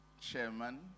chairman